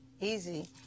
Easy